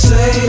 Say